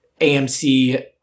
AMC